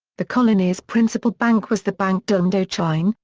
the colony's principal bank was the banque de l'indochine,